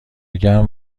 گرم